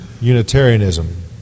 Unitarianism